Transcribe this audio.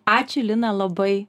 ačiū lina labai